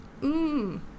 mmm